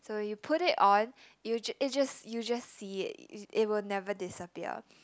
so you put it on you you just you just see it it it will never disappear